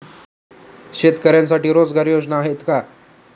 शेतकऱ्यांसाठी रोजगार योजना आहेत का?